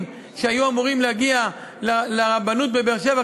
שהיו אמורים להגיע לרבנות בבאר-שבע,